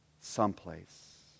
someplace